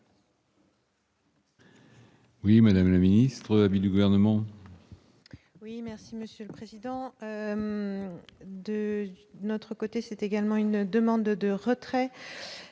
Oui, Madame la ministre du gouvernement. Oui, merci Monsieur le Président, de notre côté, c'est également une demande de retrait.